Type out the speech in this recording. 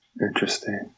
Interesting